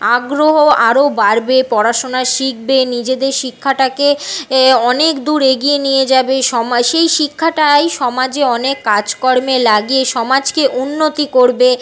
আগ্রহ আরো বাড়বে পড়াশোনা শিখবে নিজেদের শিক্ষাটাকে অনেক দূর এগিয়ে নিয়ে যাবে সময় সেই শিক্ষাটাই সমাজে অনেক কাজকর্মে লাগে সমাজকে উন্নত করবে